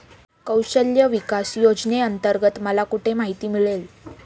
कौशल्य विकास योजनेअंतर्गत मला कुठे माहिती मिळेल?